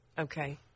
Okay